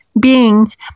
beings